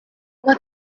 uma